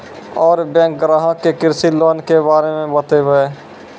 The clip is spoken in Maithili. और बैंक ग्राहक के कृषि लोन के बारे मे बातेबे?